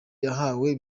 bahawe